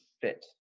fit